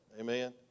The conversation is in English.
Amen